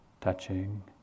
touching